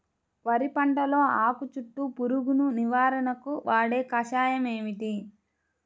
వరి పంటలో ఆకు చుట్టూ పురుగును నివారణకు వాడే కషాయం ఏమిటి?